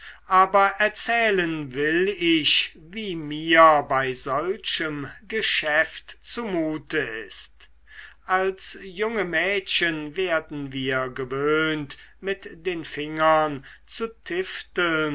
aber erzählen will ich wie mir bei solchem geschäft zumute ist als junge mädchen werden wir gewöhnt mit den fingern zu